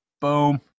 Boom